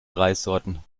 reissorten